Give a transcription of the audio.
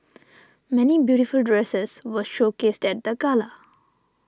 many beautiful dresses were showcased at the gala